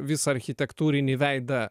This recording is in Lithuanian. visą architektūrinį veidą